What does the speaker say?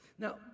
Now